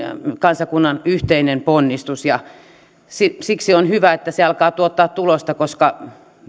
kansakunnan yhteinen ponnistus siksi on hyvä että se alkaa tuottaa tulosta koska